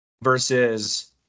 Versus